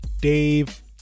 Dave